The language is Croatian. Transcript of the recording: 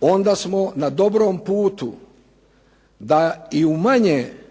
onda smo na dobrom da i u manje,